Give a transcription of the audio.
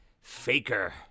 Faker